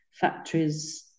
factories